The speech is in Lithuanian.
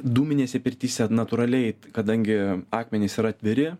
dūminėse pirtyse natūraliai kadangi akmenys yra atviri